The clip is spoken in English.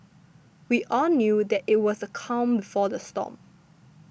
we all knew that it was the calm before the storm